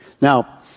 Now